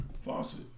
Faucet